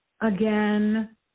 again